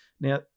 Now